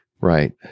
Right